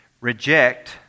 reject